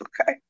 okay